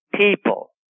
people